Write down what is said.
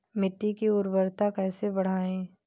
मिट्टी की उर्वरता कैसे बढ़ाएँ?